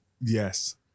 Yes